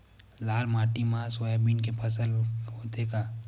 लाल माटी मा सोयाबीन के फसल होथे का?